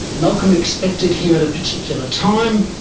malcolm expected him at a particular time